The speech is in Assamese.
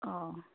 অঁ